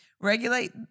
regulate